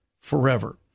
forever